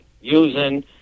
using